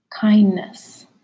kindness